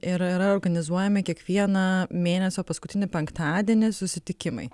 ir yra organizuojami kiekvieną mėnesio paskutinį penktadienį susitikimai